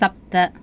सप्त